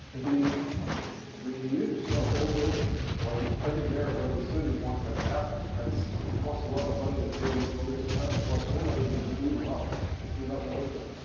the the use of old buildings, every mayor of every city wants that to happen because it costs a lot of money to tear these buildings down. it costs more money to just leave them up but do nothing with them.